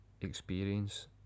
experience